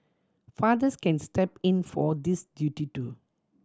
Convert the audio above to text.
fathers can step in for this duty too